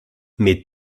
mes